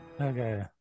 Okay